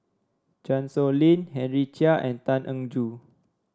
Chan Sow Lin Henry Chia and Tan Eng Joo